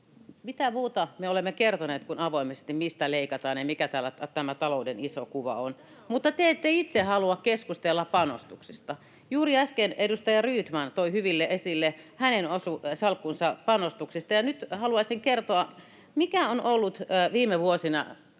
Mitä muuta me olemme kertoneet kuin avoimesti, mistä leikataan ja mikä täällä tämä talouden iso kuva on? Mutta te ette itse halua keskustella panostuksista. Juuri äsken edustaja Rydman toi hyvin esille hänen salkkunsa panostuksista. Ja nyt haluaisin kertoa, mikä on ollut viime vuosina